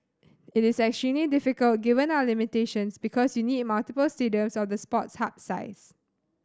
it is extremely difficult given our limitations because you need multiple stadiums of the Sports Hub size